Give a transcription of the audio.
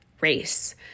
race